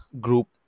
group